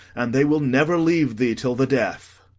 and they will never leave thee till the death.